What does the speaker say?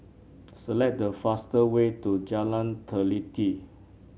select the faster way to Jalan Teliti